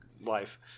life